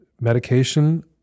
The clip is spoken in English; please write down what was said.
medication